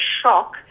shock